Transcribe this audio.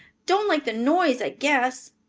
don't like the noise, i guess.